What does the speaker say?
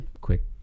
quick